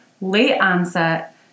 Late-onset